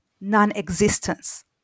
non-existence